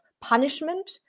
punishment